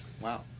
Wow